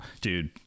Dude